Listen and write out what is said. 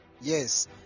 Yes